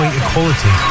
equality